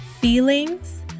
Feelings